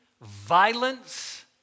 violence